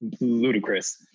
ludicrous